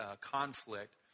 conflict